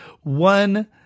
one